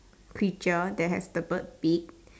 creature that have the bird beaks